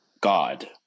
god